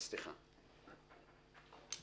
סליחה,